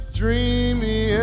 dreamy